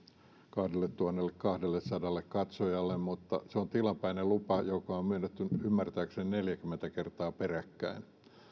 kahdelletuhannellekahdellesadalle katsojalle mutta se on tilapäinen lupa joka on myönnetty nyt ymmärtääkseni neljäkymmentä kertaa peräkkäin